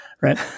right